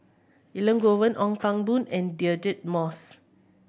Elangovan Ong Pang Boon and Deirdre Moss